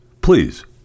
Please